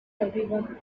everyone